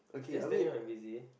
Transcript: just telling you I'm busy